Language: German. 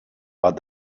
war